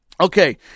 Okay